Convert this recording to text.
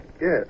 Yes